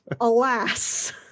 alas